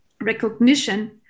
recognition